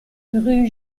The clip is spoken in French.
rue